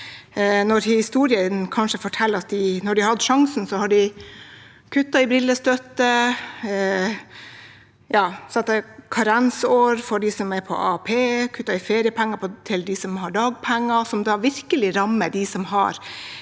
når historien kanskje forteller at da de hadde sjansen, kuttet de i brillestøtte, satte karensår for dem som er på AAP, og kuttet i feriepenger til dem som har dagpenger, noe som virkelig rammer dem som har